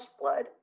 blood